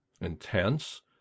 Intense